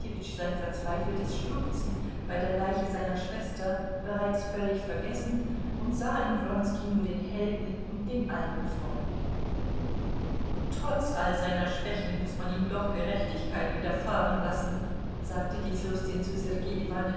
sein verzweifeltes schluchzen bei der leiche seiner schwester bereits völlig vergessen und sah in wronski nur den helden und den alten freund trotz all seiner schwächen muß man ihm doch gerechtigkeit widerfahren lassen sagte die fürstin zu sergei